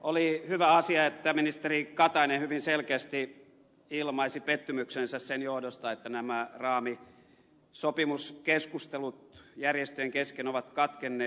oli hyvä asia että ministeri katainen hyvin selkeästi ilmaisi pettymyksensä sen johdosta että nämä raamisopimuskeskustelut järjestöjen kesken ovat katkenneet